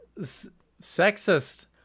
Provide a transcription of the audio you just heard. sexist